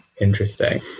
Interesting